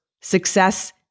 success